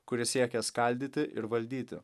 kuri siekia skaldyti ir valdyti